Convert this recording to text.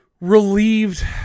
relieved